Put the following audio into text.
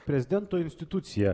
prezidento institucija